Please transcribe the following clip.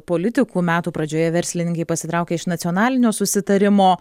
politikų metų pradžioje verslininkai pasitraukė iš nacionalinio susitarimo